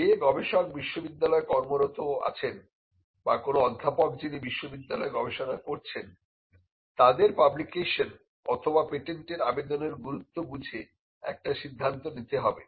যে গবেষক বিশ্ববিদ্যালয়ে কর্মরত আছেন বা কোন অধ্যাপক যিনি বিশ্ববিদ্যালয়ে গবেষণা করছেন তাদের পাবলিকেশন অথবা পেটেন্টের আবেদনের গুরুত্ব বুঝে একটা সিদ্ধান্ত নিতে হবে